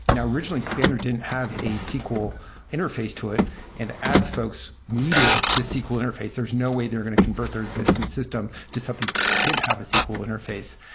originally, spanner didn't have a sql interface to it and the ads folks needed this sql interface. there's no way they're going to convert their existing system to something that didn't have a sql interface.